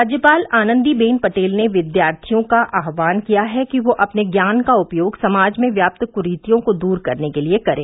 राज्यपाल आनंदीबेन पटेल ने विद्यार्थियों का आह्वान किया है कि वे अपने ज्ञान का उपयोग समाज में व्याप्त क्रूतियों को दूर करने के लिए करें